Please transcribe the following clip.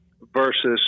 versus